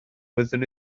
wyddwn